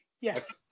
Yes